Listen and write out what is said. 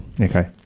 Okay